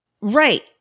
Right